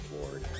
Lord